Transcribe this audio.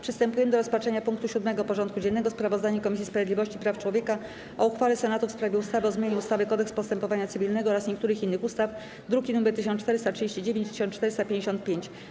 Przystępujemy do rozpatrzenia punktu 7. porządku dziennego: Sprawozdanie Komisji Sprawiedliwości i Praw Człowieka o uchwale Senatu w sprawie ustawy o zmianie ustawy - Kodeks postępowania cywilnego oraz niektórych innych ustaw (druki nr 1439 i 1455)